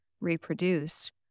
reproduced